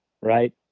right